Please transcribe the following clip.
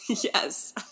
yes